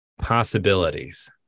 possibilities